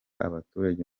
abaturage